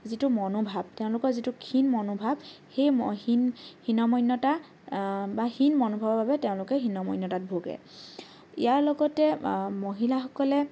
যিটো মনোভাব তেওঁলোকৰ যিটো ক্ষীণ মনোভাব সেই হীন হীনমন্যতা বা হীন মনোভাবৰ বাবে তেওঁলোকে হীনমন্যতাত ভোগে ইয়াৰ লগতে মহিলাসকলে